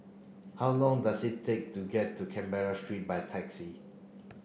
how long does it take to get to Canberra Street by taxi